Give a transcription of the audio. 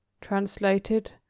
translated